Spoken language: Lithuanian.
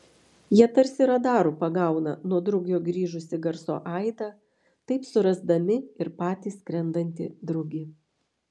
jie tarsi radaru pagauna nuo drugio grįžusį garso aidą taip surasdami ir patį skrendantį drugį